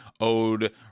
owed